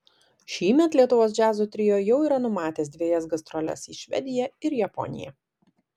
šįmet lietuvos džiazo trio jau yra numatęs dvejas gastroles į švediją ir japoniją